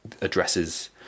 addresses